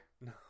No